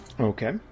Okay